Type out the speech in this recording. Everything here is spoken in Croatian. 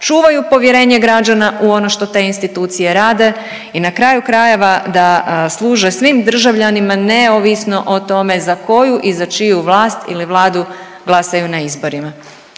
čuvaju povjerenje građana u ono što te institucije rade i na kraju krajeva da služe svim državljanima neovisno o tome za koju i za čiju vlast ili vladu glasaju na izborima.